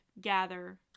gather